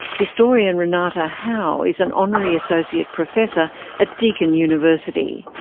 historian renate howe is an honorary associate professor at deakin university.